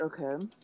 okay